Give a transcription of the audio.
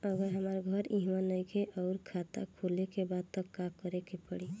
अगर हमार घर इहवा नईखे आउर खाता खोले के बा त का करे के पड़ी?